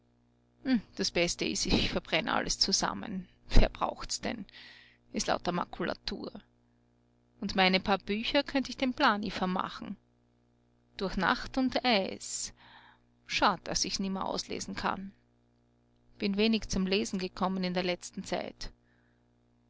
das beste ist ich verbrenn alles zusammen wer braucht's denn ist lauter makulatur und meine paar bücher könnt ich dem blany vermachen durch nacht und eis schad daß ich's nimmer auslesen kann bin wenig zum lesen gekommen in der letzten zeit